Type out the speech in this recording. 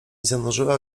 zanurzyła